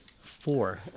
four